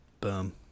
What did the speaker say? Boom